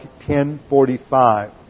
10.45